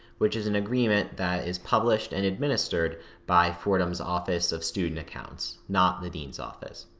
which is an agreement that is published and administered by fordham's office of student accounts, not the dean's office.